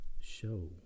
show